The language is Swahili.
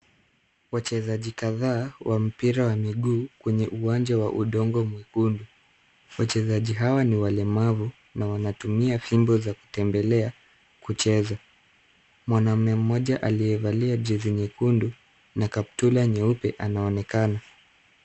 Wachezaji kadhaa wa mpira wa miguu kwenye uwanja wa udongo mwekundu. Wachezaji hawa ni walemavu na wanatumia fimbo za kutembelea kucheza. Mwanaume mmoja aliyevalia jezi nyekundu na kaptura nyeupe anaonekana.